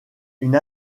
une